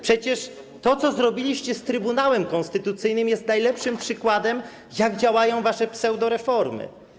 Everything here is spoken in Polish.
Przecież to, co zrobiliście z Trybunałem Konstytucyjnym, jest najlepszym przykładem, jak działają wasze pseudoreformy.